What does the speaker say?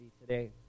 today